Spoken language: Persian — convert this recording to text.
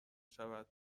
شود